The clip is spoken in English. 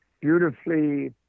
beautifully